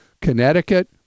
Connecticut